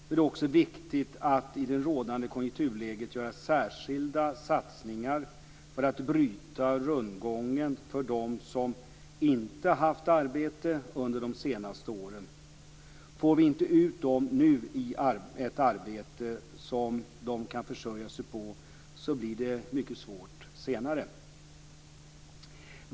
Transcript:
Men det är också viktigt att i det rådande konjunkturläget göra särskilda satsningar för att bryta rundgången för dem som inte haft arbete under de senaste åren. Får vi inte nu ut dem i ett arbete som de kan försörja sig på blir det mycket svårt senare.